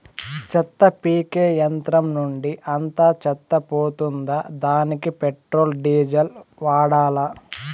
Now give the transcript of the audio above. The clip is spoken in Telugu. చెత్త పీకే యంత్రం నుండి అంతా చెత్త పోతుందా? దానికీ పెట్రోల్, డీజిల్ వాడాలా?